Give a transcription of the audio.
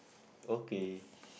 okay